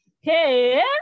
hey